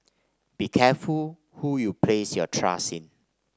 be careful who you place your trust in